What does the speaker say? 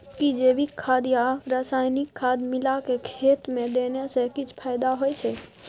कि जैविक खाद आ रसायनिक खाद मिलाके खेत मे देने से किछ फायदा होय छै?